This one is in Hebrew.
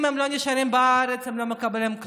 אם הם לא נשארים בארץ הם לא מקבלים כלום,